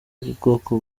ubwoko